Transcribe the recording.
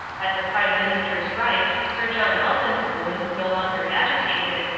at the prime minister's right, sir john elphinspoon, no longer agitated,